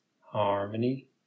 harmony